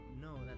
No